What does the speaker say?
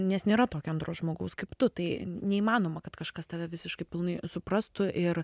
nes nėra tokio antro žmogaus kaip tu tai neįmanoma kad kažkas tave visiškai pilnai suprastų ir